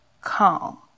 calm